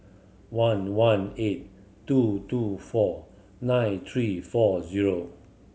one one eight two two four nine three four zero